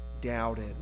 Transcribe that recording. doubted